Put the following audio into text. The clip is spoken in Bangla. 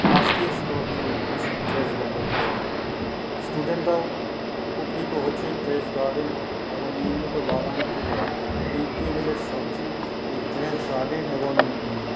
রাষ্ট্রীয় স্তর থেকে পাচ্ছে টেরেস গার্ডেনের জন্য স্টুডেন্টরাও উপকৃত হচ্ছে টেরেস গার্ডেন এবং নিয়মিত বাগান থেকে মিড ডে মিলের সবজি এই টেরেস গার্ডেন এবং